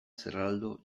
zerraldo